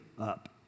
up